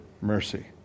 mercy